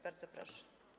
Bardzo proszę.